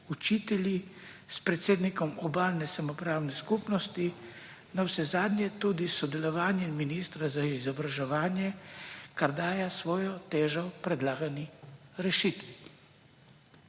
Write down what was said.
učitelji, s predsednikom Obalne samoupravne skupnosti, navsezadnje tudi s sodelovanjem ministra za izobraževanje, kar daje svoje težo predlagani rešitvi.